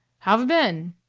how've been?